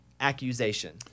accusation